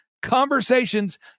conversations